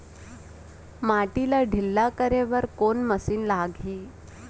माटी ला ढिल्ला करे बर कोन मशीन लागही?